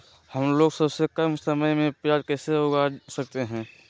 हमलोग सबसे कम समय में भी प्याज कैसे उगा सकते हैं?